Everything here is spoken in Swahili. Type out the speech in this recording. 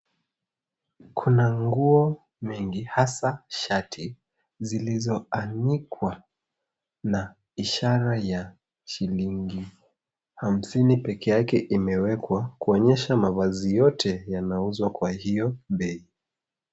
Kuna nguo mengi hasa shati zilizoanikwa na ishara ya shilingi hamsini peke yake imewekwa kuonyesha mavazi yote yanauzwa kwa hio bei.